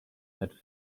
had